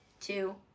two